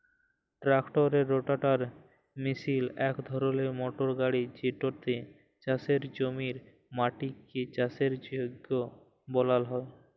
ট্রাক্টারের রোটাটার মিশিল ইক ধরলের মটর গাড়ি যেটতে চাষের জমির মাটিকে চাষের যগ্য বালাল হ্যয়